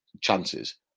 chances